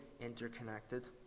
interconnected